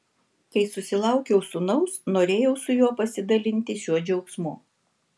kai susilaukiau sūnaus norėjau su juo pasidalinti šiuo džiaugsmu